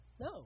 No